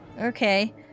Okay